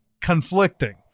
conflicting